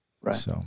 right